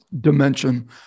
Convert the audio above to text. dimension